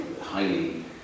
highly